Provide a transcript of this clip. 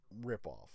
ripoff